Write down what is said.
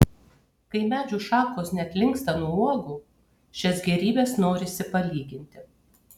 kai medžių šakos net linksta nuo uogų šias gėrybes norisi palyginti